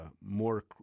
more